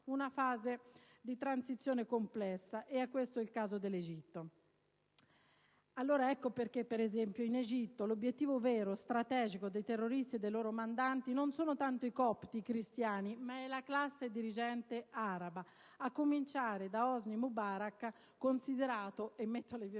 una fase di transizione complessa: questo è il caso dell'Egitto. Allora ecco perché in Egitto, per esempio, l'obiettivo vero e strategico dei terroristi e dei loro mandanti non sono tanto i copti, i cristiani, ma è la classe dirigente araba, a cominciare da Hosni Mubarak, considerato un «fantoccio nelle